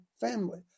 Family